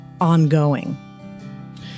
ongoing